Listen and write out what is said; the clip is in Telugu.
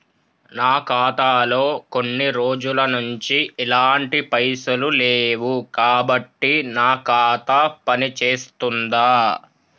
నా ఖాతా లో కొన్ని రోజుల నుంచి ఎలాంటి పైసలు లేవు కాబట్టి నా ఖాతా పని చేస్తుందా?